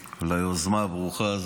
על היוזמה הברוכה הזאת,